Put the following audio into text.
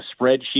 spreadsheet